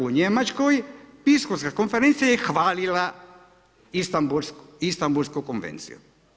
U Njemačkoj Biskupska konferencija je hvalila Istambulsku konvenciju.